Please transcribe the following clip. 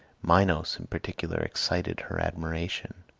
minos, in particular, excited her admiration.